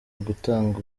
ugutanga